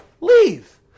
leave